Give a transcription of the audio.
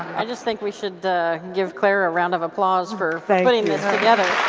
i just think we should give clara a round of applause for putting this together